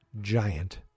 giant